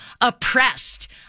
oppressed